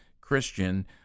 Christian